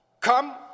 come